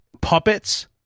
puppets